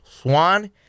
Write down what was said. Swan